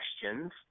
questions